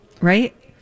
right